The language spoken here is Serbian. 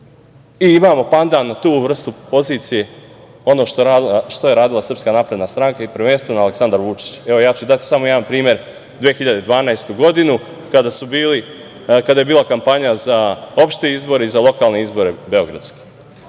I, imamo pandam tu vrstu pozicije ono što je radila SNS i prvenstveno Aleksandar Vučić. Evo, ja ću dati samo jedan primer, 2012. godina kada je bila kampanja za opšte izbore i za lokalne beogradske